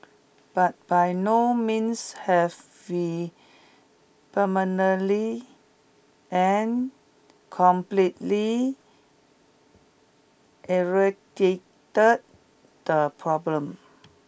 but by no means have we permanently and completely eradicated the problem